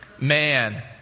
Man